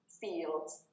fields